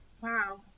wow